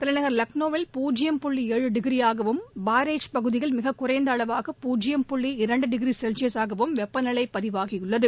தலைநகர் லக்னோவில் பூஜ்ஜியம் புள்ளி ஏழு டிகிரியாகவும் பரேச் பகுதியில் மிகக்குறைந்தஅளவாக பூஜ்ஜியம் புள்ளி இரண்டுடிகிரிசெல்ஸீயசாகவும் வெப்பநிலைபதிவாகியுள்ளது